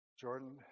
Jordan